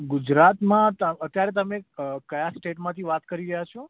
ગુજરાતમાં ત અત્યારે તમે કયા સ્ટેટમાંથી વાત કરી રહ્યા છો